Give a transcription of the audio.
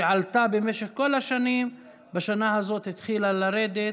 שעלתה במשך כל השנים, בשנה הזאת התחילה לרדת.